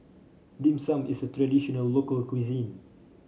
Dim Sum is a traditional local cuisine